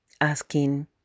asking